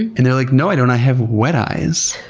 and and they're like, no i don't. i have wet eyes.